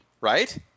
right